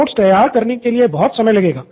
notes तैयार करने के लिए बहुत समय लगेगा